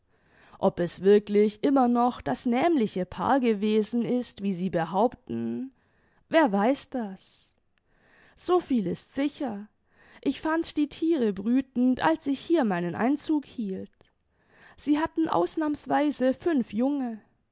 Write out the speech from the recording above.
ob es wirklich immer noch das nämliche paar gewesen ist wie sie behaupten wer weiß das so viel ist sicher ich fand die thiere brütend als ich hier meinen einzug hielt sie hatten ausnahmsweise fünf junge